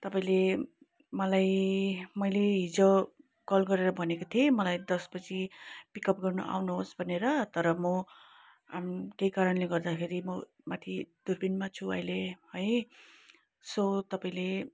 तपाईँले मलाई मैले हिजो कल गरेर भनेको थिए मलाई पिकअप गर्न आउनुहोस् भनेर तर म केही कारणले गर्दाखेरि म माथि दुर्पिनमा छु अहिले है सो तपाईँले